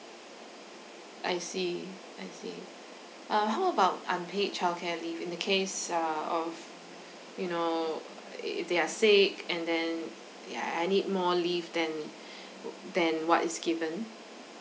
I see I see uh how about unpaid childcare leave in the case err of you know if they are sick and then yeah I need more leave than than what is given